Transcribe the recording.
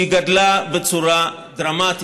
גדלה בצורה דרמטית: